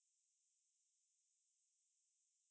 can then you can just call